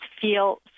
feel